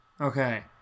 Okay